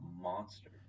monster